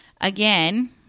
again